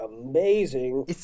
amazing